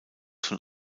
von